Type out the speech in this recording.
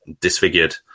disfigured